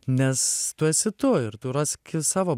nes tu esi tu ir tu rask savo